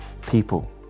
people